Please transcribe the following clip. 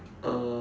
uh